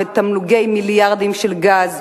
בתמלוגי מיליארדים של גז,